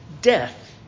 Death